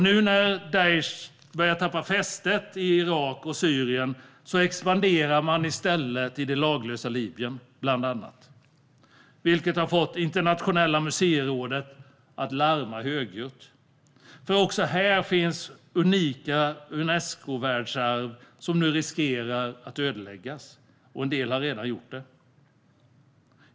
När Daish nu börjar tappa fästet i Irak och Syrien expanderar man i stället i bland annat det laglösa Libyen, vilket har fått Internationella museirådet att larma högljutt. Också där finns unika Unescovärldsarv som nu riskerar att ödeläggas, och en del har redan ödelagts.